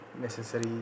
necessary